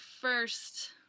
first